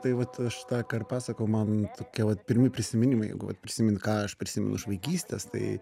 tai vat aš tą ką ir pasakojau man tokie vat pirmi prisiminimai prisimint ką aš prisimenu iš vaikystės tai